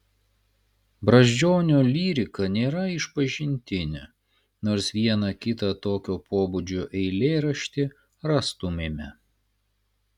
brazdžionio lyrika nėra išpažintinė nors vieną kitą tokio pobūdžio eilėraštį rastumėme